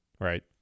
Right